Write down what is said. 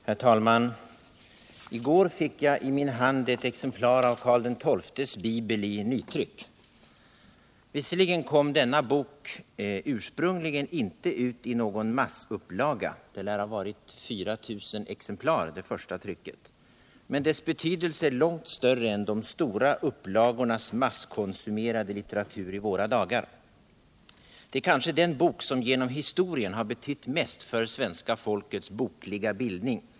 Herr talman! I går fick jag i min hand ett exemplar av Karl XII:s bibel i nytryck. Visserligen kom denna bok ursprungligen inte ut i någon massupplaga — det lär ha varit 4 000 exemplar i det första trycket — men dess betydelse är långt större än de stora upplagornas masskonsumerade litteratur i våra dagar. Det är kanske den bok som genom historien har betytt mest för svenska folkets bokliga bildning.